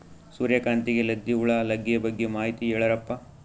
ಸೂರ್ಯಕಾಂತಿಗೆ ಲದ್ದಿ ಹುಳ ಲಗ್ಗೆ ಬಗ್ಗೆ ಮಾಹಿತಿ ಹೇಳರಪ್ಪ?